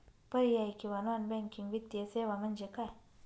पर्यायी किंवा non banking वित्तीय सेवा म्हणजे काय?